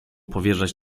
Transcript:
powierzać